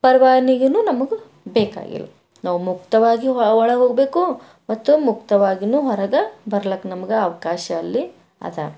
ಪರ್ವಾನಗಿಯೂ ನಮಗೆ ಬೇಕಾಗಿಲ್ಲ ನಾವು ಮುಕ್ತವಾಗಿ ಒಳಗೆ ಹೋಗ್ಬೇಕು ಮತ್ತು ಮುಕ್ತವಾಗಿಯೂ ಹೊರಗೆ ಬರ್ಲಕ್ಕೆ ನಮಗೆ ಅವಕಾಶ ಅಲ್ಲಿ ಅದ